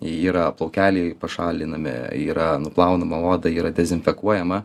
yra plaukeliai pašalinami yra nuplaunama oda yra dezinfekuojama